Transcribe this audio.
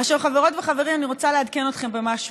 עכשיו, חברות וחברים אני רוצה לעדכן אתכם במשהו.